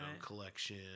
collection